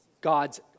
God's